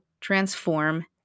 transform